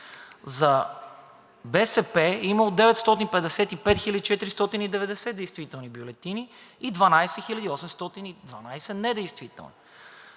За БСП е имало 955 490 действителни бюлетини и 12 812 недействителни.